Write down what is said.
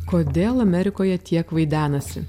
kodėl amerikoje tiek vaidenasi